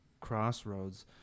crossroads